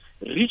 rich